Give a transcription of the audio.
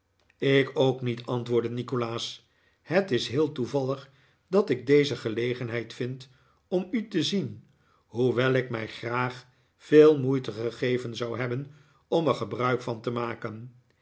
ik ook niet antwoordde nikolaas het is heel toevallig dat ik deze gelegenheid vind om u te zien hoewel ik mij graag veel moeite gegeven zou hebben om er gebruik van te maken